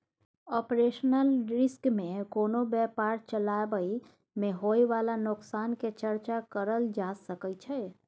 operational risk में कोनो व्यापार चलाबइ में होइ बाला नोकसान के चर्चा करल जा सकइ छइ